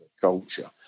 culture